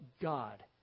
God